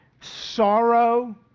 sorrow